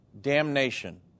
damnation